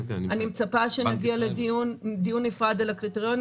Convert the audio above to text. אני מצפה שנגיע לדיון נפרד על הקריטריונים